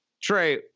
Trey